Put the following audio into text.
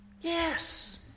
Yes